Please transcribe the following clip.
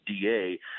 DA